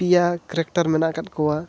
ᱯᱮᱭᱟ ᱠᱮᱨᱮᱠᱴᱟᱨ ᱢᱮᱱᱟᱜ ᱟᱠᱟᱫ ᱠᱚᱣᱟ